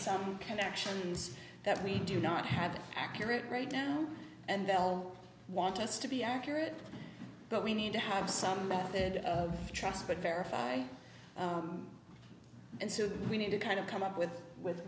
some connections that we do not have accurate right now and they'll want us to be accurate but we need to have some method of transport verify and so we need to kind of come up with with